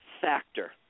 factor